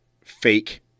fake